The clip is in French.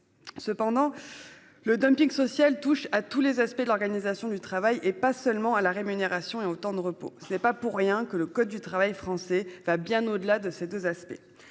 Cependant, le dumping social touche tous les aspects de l'organisation du travail, et pas seulement la rémunération et le temps de repos. Ce n'est pas pour rien que le code du travail français va bien au-delà de ces deux aspects.